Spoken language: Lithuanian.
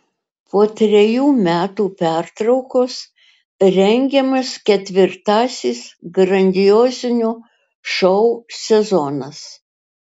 po trejų metų pertraukos rengiamas ketvirtasis grandiozinio šou sezonas